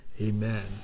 amen